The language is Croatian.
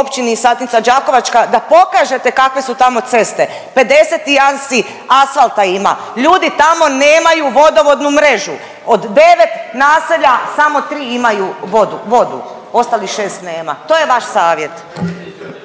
Općini Satnica Đakovačka da pokažete kakve su tamo ceste, 50 nijansi asfalta ima, ljuti tamo nemaju vodovodnu mrežu od devet naselja samo tri imaju vodu ostalih šest nema. To je vaš savjet.